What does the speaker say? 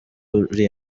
uri